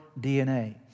DNA